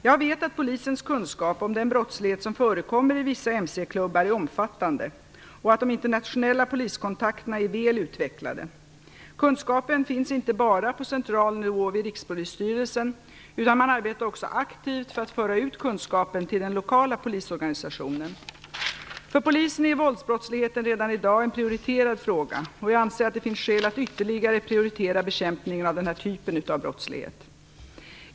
Jag vet att polisens kunskap om den brottslighet som förekommer i vissa mc-klubbar är omfattande och att de internationella poliskontakterna är väl utvecklade. Kunskapen finns inte bara på central nivå, vid Rikspolisstyrelsen, utan man arbetar också aktivt för att föra ut kunskapen till den lokala polisorganisationen. För polisen är våldsbrottsligheten redan i dag en prioriterad fråga, och jag anser att det finns skäl att ytterligare prioritera bekämpningen av denna typ av brottslighet.